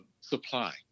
supply